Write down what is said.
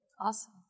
Awesome